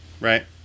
Right